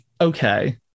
Okay